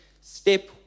step